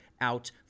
out